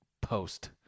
post